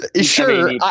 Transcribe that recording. Sure